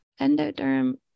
Endoderm